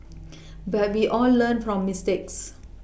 but we all learn from mistakes